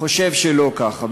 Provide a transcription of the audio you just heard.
שלא ככה.